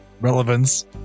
relevance